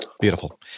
Beautiful